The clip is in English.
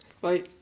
Bye